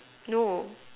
no